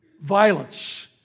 Violence